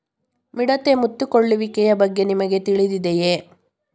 ಮಿಡತೆ ಮುತ್ತಿಕೊಳ್ಳುವಿಕೆಯ ಬಗ್ಗೆ ನಿಮಗೆ ತಿಳಿದಿದೆಯೇ?